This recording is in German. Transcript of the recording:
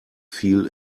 viel